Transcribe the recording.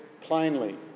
plainly